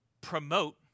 promote